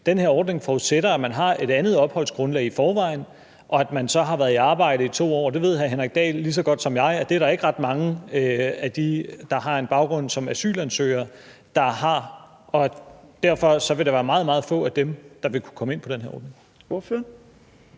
Den her ordning forudsætter, at man har et andet opholdsgrundlag i forvejen, og at man så har været i arbejde i 2 år. Det ved hr. Henrik Dahl lige så godt som jeg at det er der ikke ret mange af dem, der har en baggrund som asylansøgere, der har, og derfor vil det være meget, meget få af dem, der vil kunne komme ind på den her ordning.